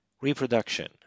reproduction